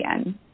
again